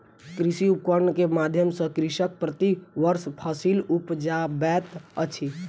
कृषि उपकरण के माध्यम सॅ कृषक प्रति वर्ष फसिल उपजाबैत अछि